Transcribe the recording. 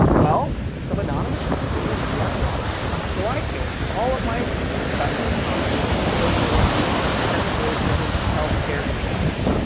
well, some anonymous people were mean online, so i changed all of my opinions about the economy, social issues, systemic racism, health care, and history.